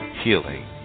healing